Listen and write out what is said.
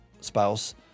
spouse